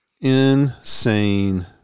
Insane